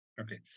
Okay